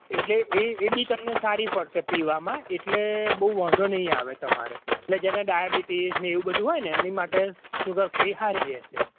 એટલે એબી તમને સારી પડશે પીવામાં એટલે બોવ વાંધો નય આવે તમારે જેને ડાયબિટિસને એવું બધુ હોય ને એની માટે સુગર ફ્રી હારી રેહશે